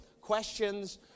questions